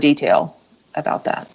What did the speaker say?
detail about that